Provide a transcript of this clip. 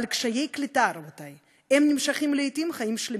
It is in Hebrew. אבל קשיי הקליטה, רבותי, נמשכים לעתים חיים שלמים.